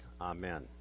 Amen